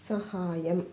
సహాయం